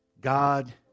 God